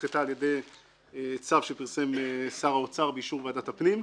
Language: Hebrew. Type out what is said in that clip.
נדחתה על ידי צו שפרסם שר האוצר באישור ועדת הפנים.